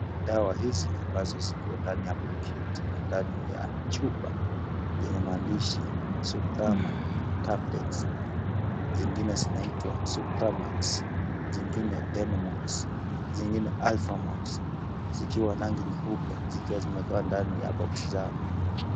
Dawa hizi ambazo ziko ndani ya pakiti na ndani ya chupa zenye maandishi Suprama tablets zingine zinaitwa Supramax zingine Denmox zingine Alphamox zikiwa rangi nyeupe zikiwa zimeekwa ndani ya boxi zao.